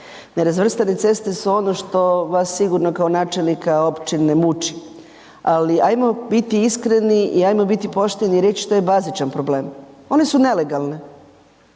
Nerazvrstane ceste su ono što vas sigurno kao načelnika općine muči. Ali ajmo biti iskreni i ajmo biti pošteni i reći što je bazičan problem one su nelegalne.